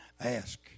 ask